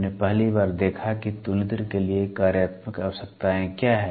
हमने पहली बार देखा कि तुलनित्र के लिए कार्यात्मक आवश्यकताएं क्या हैं